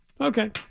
Okay